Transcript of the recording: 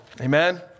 Amen